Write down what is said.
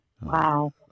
Wow